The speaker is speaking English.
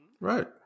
Right